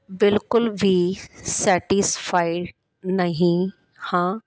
ਬਿਲਕੁਲ ਵੀ ਸੇਟੀਸਫਾਏ ਨਹੀਂ ਹਾਂ